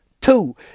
Two